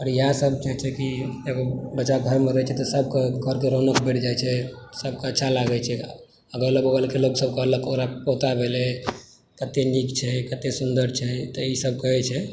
आओर इएहसभ होइ छै एगो कि बच्चा घरमे रहय छै तऽ सभकेँ घरके रौनक बढ़ि जाइ छै सभकेँ अच्छा लागय छै अगल बगलके लोग सभ कहलक ओकरा पोता भेलय कतय नीक छै कतय सुन्दर छै तऽ ईसभ कहय छै